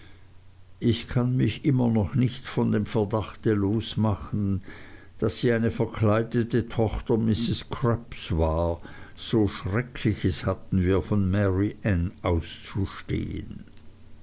ich kann mich immer noch nicht von dem verdachte losmachen daß sie eine verkleidete tochter mrs crupps war so schreckliches hatten wir von mary anne auszustehen